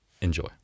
enjoy